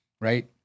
right